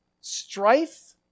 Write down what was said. strife